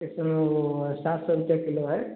कितना वो सात सौ रुपए किलो है